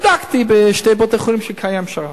בדקתי בשני בתי-חולים שקיים בהם שר"פ,